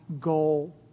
goal